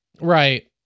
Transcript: right